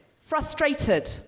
frustrated